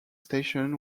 station